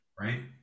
right